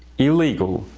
illegal,